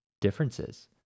differences